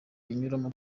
binyuramo